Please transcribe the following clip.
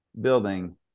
building